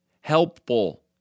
helpful